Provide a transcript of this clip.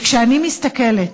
כשאני מסתכלת